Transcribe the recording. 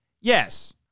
Yes